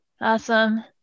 Awesome